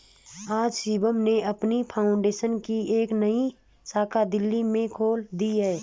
आज शिवम ने अपनी फाउंडेशन की एक नई शाखा दिल्ली में खोल दी है